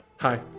Hi